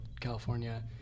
California